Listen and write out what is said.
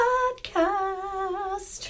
Podcast